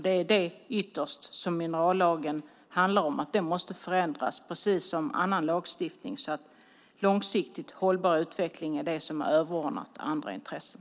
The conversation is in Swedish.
Det är ytterst vad minerallagen handlar om, nämligen att den måste förändras precis som annan lagstiftning så att långsiktigt hållbar utveckling är det som är överordnat andra intressen.